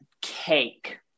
cake